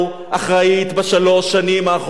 אחראית להם בשלוש שנים האחרונות.